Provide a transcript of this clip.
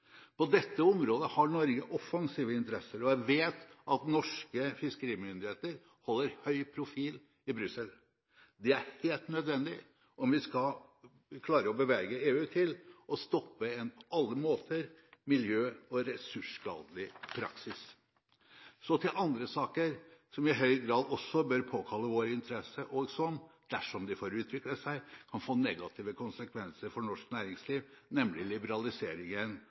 På dette området har Norge offensive interesser, og jeg vet at norske fiskerimyndigheter holder høy profil i Brussel. Det er helt nødvendig om vi skal klare å bevege EU til å stoppe en på alle måter miljø- og ressursskadelig praksis. Så til andre saker som i høy grad også bør påkalle vår interesse, og som – dersom de får utvikle seg – kan få negative konsekvenser for norsk næringsliv, nemlig liberaliseringen